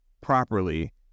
properly